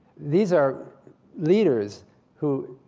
these are leaders who